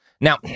Now